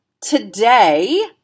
today